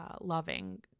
loving